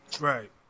Right